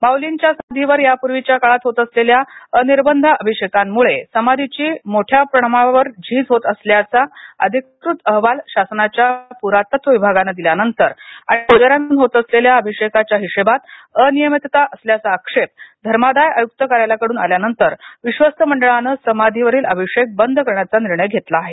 माऊलीच्या समाधीवर यापूर्वीच्या काळात होत असलेल्या अनिर्बंध अभिषेकामुळं समाधीची मोठ्या प्रमाणावर झीज होत असल्याचा अधिकृत अहवाल शासनाच्या प्रातत्व विभागाने दिल्यानंतर आणि प्रजाऱ्यांकडून होत असलेल्या अभिषेकाच्या हिशेबात अनियमितता असल्याचा आक्षेप धर्मादाय आयुक्त कार्यालयाकडून आल्यानंतर विश्वस्त मंडळाने समाधीवरील अभिषेक बंद करण्याचा निर्णय घेतला आहे